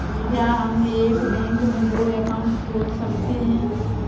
क्या हम एक बैंक में दो अकाउंट खोल सकते हैं?